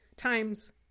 times